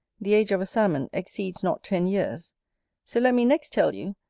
the age of a salmon exceeds not ten years so let me next tell you,